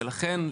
ולכן,